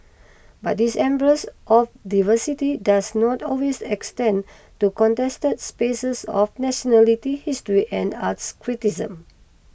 but this embrace of diversity does not always extend to contested spaces of nationality history and arts criticism